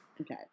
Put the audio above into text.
Okay